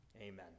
Amen